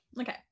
okay